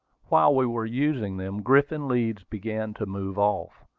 while we were using them, griffin leeds began to move off.